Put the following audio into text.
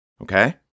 Okay